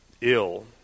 ill